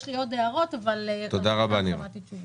יש לי עוד הערות, אבל אני מחכה לתשובות.